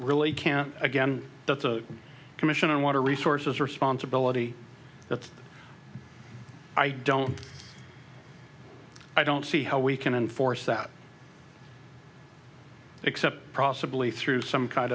really can't again that's a commission on water resources responsibility that i don't i don't see how we can enforce that except possibly through some kind